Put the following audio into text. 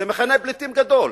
זה מחנה פליטים גדול.